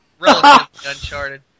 uncharted